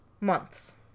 months